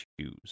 choose